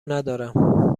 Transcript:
ندارم